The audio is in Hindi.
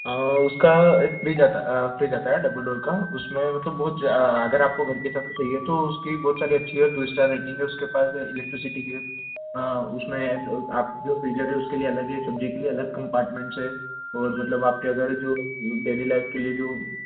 हाँ उसका एक फ्रिज आता है फ्रीज आता है डबल डोर का उसमें मतलब बहुत जा अगर आपको घर के हिसाब से चाहिए तो उसकी बहुत सारी अच्छी हे टू स्टार रेटिंग है उसके पास में इलेक्ट्रिसिटी की है हाँ उसमें आप जो फ्रीजर है उसके लिए अलग है सब्ज़ी के लिए अलग कम्पार्टमेंट्स है और मतलब आपके अगर जो डैली लाइफ के लिए जो